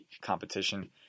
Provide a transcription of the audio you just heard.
competition